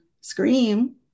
scream